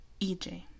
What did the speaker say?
EJ